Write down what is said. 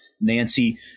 Nancy